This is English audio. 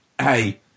hey